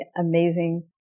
amazing